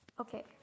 Okay